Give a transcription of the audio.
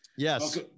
Yes